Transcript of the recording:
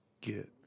get